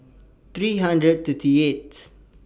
three hundred thirty eighth